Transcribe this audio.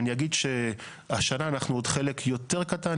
אני אגיד שהשנה אנחנו עוד חלק יותר קטן,